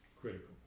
critical